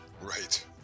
Right